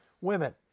women